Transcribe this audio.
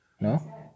No